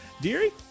Deary